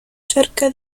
cerca